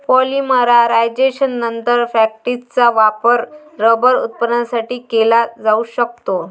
पॉलिमरायझेशननंतर, फॅक्टिसचा वापर रबर उत्पादनासाठी केला जाऊ शकतो